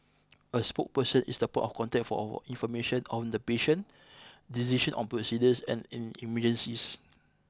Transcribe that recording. a spokesperson is the point of contact for our information on the patient decision on procedures and in emergencies